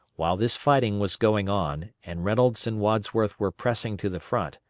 while this fighting was going on, and reynolds and wadsworth were pressing to the front,